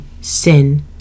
sin